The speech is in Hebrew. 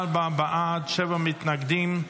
24 בעד, שבעה מתנגדים.